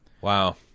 Wow